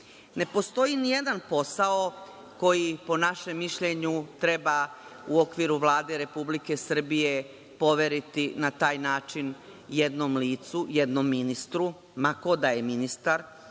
Ne postoji nijedan posao koji po našem mišljenju treba u okviru Vlade Republike Srbije poveriti na taj način jednom licu, jednom ministru, ma ko da je ministar,